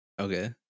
okay